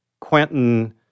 Quentin